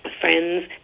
friends